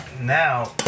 Now